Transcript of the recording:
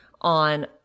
on